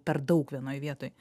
per daug vienoj vietoj